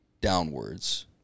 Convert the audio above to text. downwards